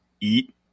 eat